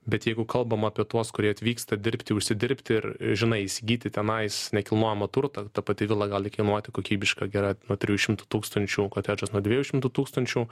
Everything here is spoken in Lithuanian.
bet jeigu kalbam apie tuos kurie atvyksta dirbti užsidirbti ir žinai įsigyti tenais nekilnojamą turtą ta pati vila gali kainuoti kokybiška gera nuo trijų šimtų tūkstančių kotedžas nuo dviejų šimtų tūkstančių